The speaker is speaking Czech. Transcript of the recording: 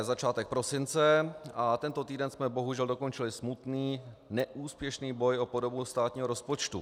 Je začátek prosince a tento týden jsme bohužel dokončili smutný neúspěšný boj o podobu státního rozpočtu.